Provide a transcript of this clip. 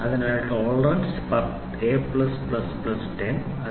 അതിനാൽ പരമാവധി tolerance 10 plus 10 plus 10 plus 10 plus 15 ആണ് ശരി